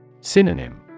Synonym